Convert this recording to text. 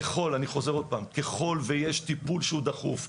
ככל ויש טיפול שהוא דחוף,